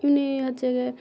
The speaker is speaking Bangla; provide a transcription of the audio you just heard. এমনি হচ্ছে গিয়ে